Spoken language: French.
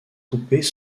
coupées